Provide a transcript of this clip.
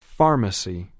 Pharmacy